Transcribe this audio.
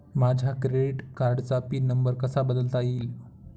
माझ्या क्रेडिट कार्डचा pin number कसा बदलता येईल?